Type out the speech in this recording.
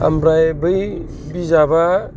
ओमफ्राय बै बिजाबा